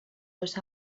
los